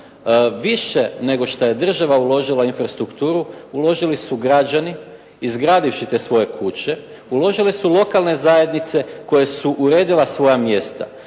Više nego što je država uložila u infrastrukturu uložili su građani izgradivši te svoje kuće, uložili su lokalne zajednice koja su uredila svoja mjesta.